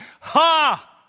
Ha